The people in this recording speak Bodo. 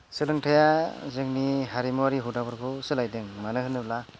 सोलोंथाइआ जोंनि हारिमुआरि हुदाफोरखौ सोलायदों मानो होनोब्ला